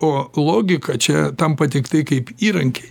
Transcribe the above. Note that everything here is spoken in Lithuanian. o logika čia tampa tiktai kaip įrankiai